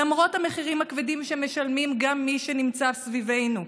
למרות המחירים הכבדים שמשלמים גם מי שנמצא סביבנו.